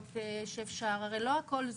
יש זום,